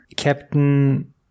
Captain